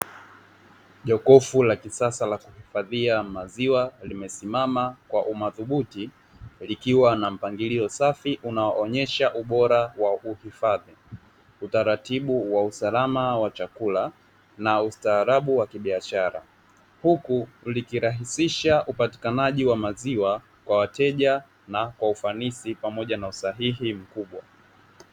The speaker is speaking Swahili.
Jokofu la kisasa la kuhifadhia maziwa, limesimama kwa umadhubuti likiwa na mpangilio safi unaoonyesha ubora wa uhifadhiwa, utaratibu wa usalama wa chakula na ustaarabu wa kibiashara. Huku likirahisisha upatikanaji wa maziwa kwa wateja na kwa ufanisi pamoja na usahihi mkubwa.